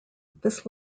this